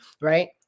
right